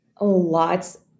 lots